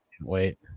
wait